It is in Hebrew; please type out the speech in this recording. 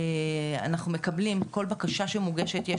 אנחנו מקבלים כל בקשה שמוגשת,